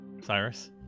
Cyrus